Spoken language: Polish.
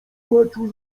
maciuś